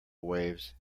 waves